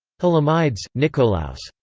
hlamides, nikolaos,